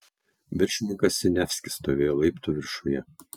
viršininkas siniavskis stovėjo laiptų viršuje